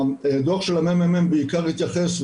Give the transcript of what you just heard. הדו"ח של הממ"מ בעיקר התייחס,